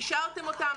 אישרתם אותם,